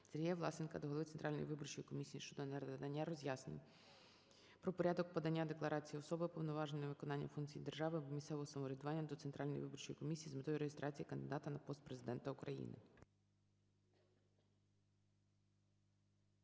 СергіяВласенка до Голови Центральної виборчої комісії щодо надання роз'яснень про порядок подання декларації особи, уповноваженої на виконання функцій держави або місцевого самоврядування, до Центральної виборчої комісії з метою реєстрації кандидата на пост Президента України.